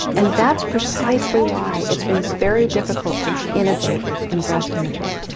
and that's precisely why it's been very difficult to innovate in breast imaging.